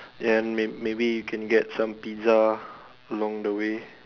then may maybe you can get some pizza along the way